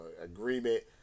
agreement